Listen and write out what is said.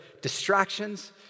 distractions